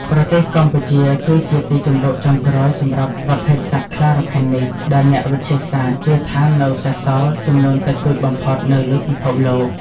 ប្រទេសកម្ពុជា គឺជាទីជម្រកចុងក្រោយសម្រាប់ប្រភេទសត្វខ្លារខិននេះ ដែលអ្នកវិទ្យាសាស្ត្រជឿថានៅសេសសល់ចំនួនតិចតួចបំផុតនៅលើពិភពលោក។